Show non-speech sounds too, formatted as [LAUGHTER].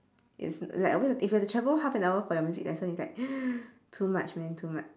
it's like I mean if you have to travel half an hour for your music lesson it's like [NOISE] too much man too much